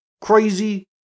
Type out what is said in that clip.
crazy